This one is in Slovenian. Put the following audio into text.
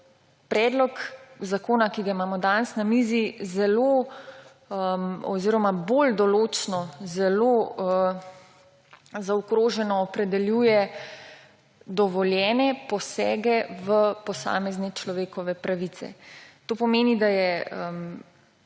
predlog zakona, ki ga imamo danes na mizi, bolj določno, zelo zaokroženo opredeljuje dovoljene posege v posamezne človekove pravice. To pomeni, da je